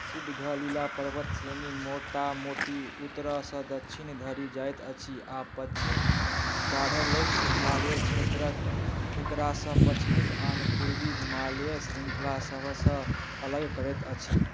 सिडघलिला पर्वत श्रेणी मोटा मोटी उत्तरसँ दक्षिण धरि जाइत अछि आ पश्चिम बढ़लाक हिमालय क्षेत्रक एकरासँ पश्चिमीक आन पूर्वी हिमालय श्रृङ्खला सभसँ अलग करैत अछि